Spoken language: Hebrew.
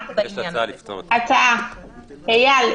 איל,